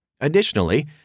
Additionally